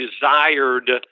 desired